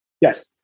Yes